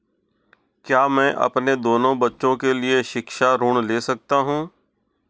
क्या मैं अपने दोनों बच्चों के लिए शिक्षा ऋण ले सकता हूँ?